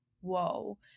whoa